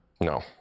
No